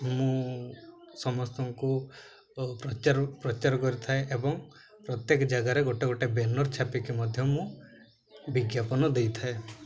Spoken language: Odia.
ମୁଁ ସମସ୍ତଙ୍କୁ ପ୍ରଚାର ପ୍ରଚାର କରିଥାଏ ଏବଂ ପ୍ରତ୍ୟେକ ଜାଗାରେ ଗୋଟେ ଗୋଟେ ବେନର୍ ଛାପିକି ମଧ୍ୟ ମୁଁ ବିଜ୍ଞାପନ ଦେଇଥାଏ